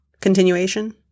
Continuation